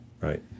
Right